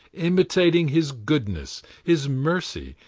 imitating his goodness, his mercy,